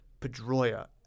Pedroia